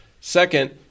Second